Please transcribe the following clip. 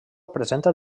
presenta